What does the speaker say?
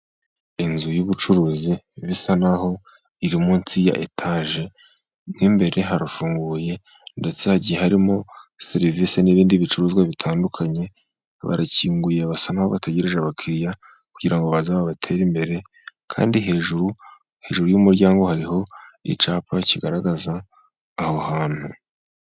Inzu y'ubucuruzi bisa naho iri munsi ya etage nk'imbere harafunguye ndetse hagiye harimo serivisi n'ibindi bicuruzwa bitandukanye, barakinguye basa naho bategereje abakiriya kugirango baze babateze imbere, kandi hejuru y'umuryango hariho icyapa kigaragaza aho hantu.